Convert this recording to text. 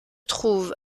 trouve